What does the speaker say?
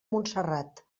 montserrat